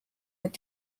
mit